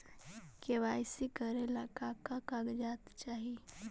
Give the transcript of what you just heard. KYC करे ला का का कागजात चाही?